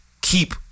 keep